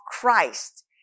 Christ